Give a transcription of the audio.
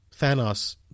Thanos